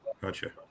Gotcha